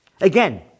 again